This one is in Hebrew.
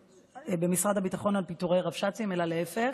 במשרד הביטחון על פיטורי רבש"צים אלא להפך,